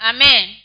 Amen